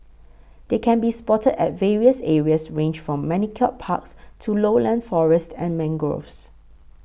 they can be spotted at various areas ranged from manicured parks to lowland forests and mangroves